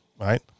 right